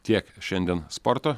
tiek šiandien sporto